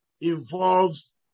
involves